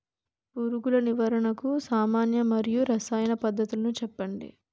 పురుగుల నివారణకు సామాన్య మరియు రసాయన పద్దతులను చెప్పండి?